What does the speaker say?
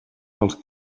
pels